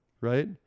Right